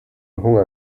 hunger